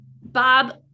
Bob